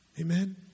Amen